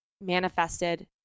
manifested